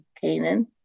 Canaan